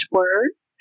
words